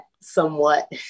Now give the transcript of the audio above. somewhat